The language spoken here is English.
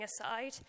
aside